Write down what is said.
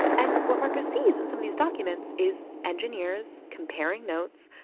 and what markus sees in some of these documents is engineers comparing notes,